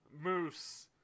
moose